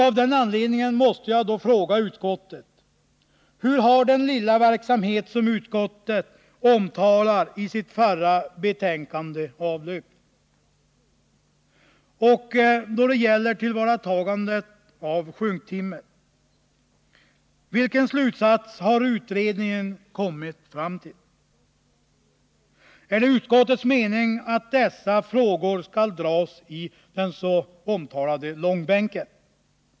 Av den anledningen måste jag då fråga utskottet: Hur har hela den verksamhet som utskottet omtalar i sitt förra betänkande avlöpt? Och vilken slutsats har utredningen kommit fram till då det gäller tillvaratagandet av sjunktimmer? Är det utskottets mening att dessa frågor skall dras i den så omtalade långbänken?